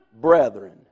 brethren